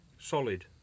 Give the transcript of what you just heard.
solid